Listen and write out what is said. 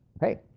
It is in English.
hey